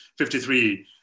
53